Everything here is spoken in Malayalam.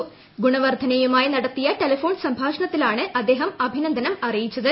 ശ്രീ ഗുണവർധനെയുമായി നടത്തിയ ടെലഫോൺ സംഭാഷ ണത്തിലാണ് അദ്ദേഹം അഭിനന്ദനം അറിയിച്ചത്